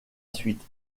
suite